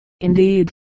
Indeed